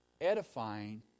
edifying